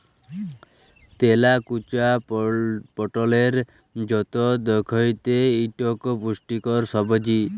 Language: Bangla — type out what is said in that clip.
তেলাকুচা পটলের মত দ্যাইখতে ইকট পুষ্টিকর সবজি